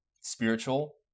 spiritual